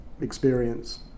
experience